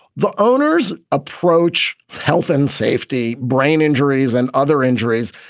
the owners approach health and safety, brain injuries and other injuries,